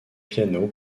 piano